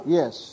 yes